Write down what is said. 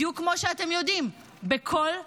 בדיוק כמו שאתם יודעים: בכל מחיר.